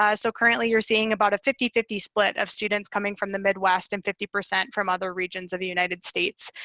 ah so currently you're seeing about a fifty fifty split of students coming from the midwest and fifty percent from other regions of the united states.